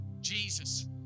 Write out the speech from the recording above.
Jesus